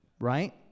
right